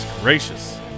gracious